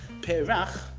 Perach